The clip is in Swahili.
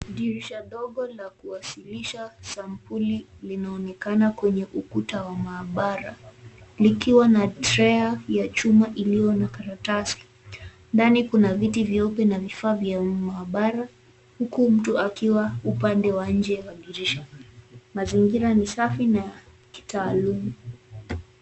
Dirisha dogo la kuwasilisha sampuli linaonekana kwenye ukuta wa maabara, likiwa na treya ya chuma iliyo na karatasi. Ndani kuna viti vyeupe na vifaa vya maabara, huku mtu akiwa upande wa nje wa dirisha. Mazingira ni safi na ya kitaalamu.